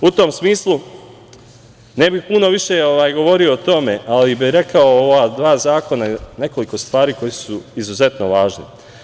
U tom smislu, ne bih puno više govorio o tome, ali bih rekao o ova dva zakona nekoliko stvari koje su izuzetno važne.